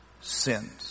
sins